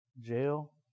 jail